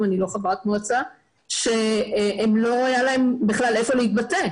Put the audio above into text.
אני לא חברת מועצה - שלא היה להם היכן להתבטא,